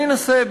אני אנסה,